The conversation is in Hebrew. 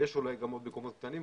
יש אולי גם עוד מקומות קטנים,